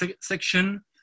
section